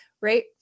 Right